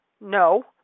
No